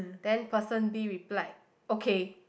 then person B replied okay